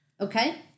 Okay